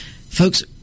Folks